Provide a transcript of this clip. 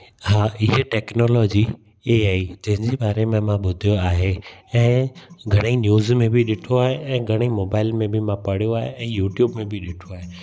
हा हीअ टेक्नोलॉजी ऐ आई जंहिं जे बारे में मां ॿुधो आहे ऐं घणई न्यूज़ में बि ॾिठो आहे ऐं घणई मोबाइल में बि मां पढ़ियो आहे ऐं यू ट्यूब में बि ॾिठो आहे